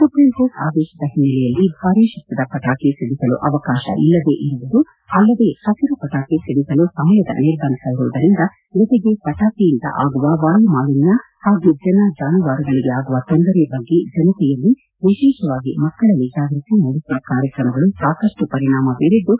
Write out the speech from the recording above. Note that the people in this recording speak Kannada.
ಸುಪ್ರೀಂಕೋರ್ಟ್ ಆದೇಶದ ಹಿನ್ನೆಲೆಯಲ್ಲಿ ಭಾರೀ ಶಬ್ದದ ಪಟಾಕಿ ಸಿಡಿಸಲು ಅವಕಾಶ ಇಲ್ಲದೇ ಇರುವುದು ಅಲ್ಲದೇ ಹಬರು ಪಟಾಕಿ ಸಿಡಿಸಲು ಸಮಯದ ನಿರ್ಬಂಧ ಇರುವುದರಿಂದ ಜೊತೆಗೆ ಪಟಾಕಿಯಿಂದಾಗುವ ವಾಯುಮಾಲಿನ್ವ ಹಾಗೂ ಜನ ಜಾನುವಾರುಗಳಿಗೆ ಆಗುವ ತೊಂದರೆ ಬಗ್ಗೆ ಜನತೆಯಲ್ಲಿ ವಿಶೇಷವಾಗಿ ಮಕ್ಕಳಲ್ಲಿ ಜಾಗೃತಿ ಮೂಡಿಸುವ ಕಾರ್ಯಕ್ರಮಗಳು ಸಾಕಷ್ಟು ಪರಿಣಾಮ ಬೀರಿದ್ದು